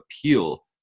appeal